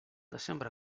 desembre